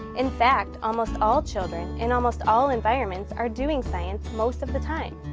in fact, almost all children in almost all environments are doing science most of the time.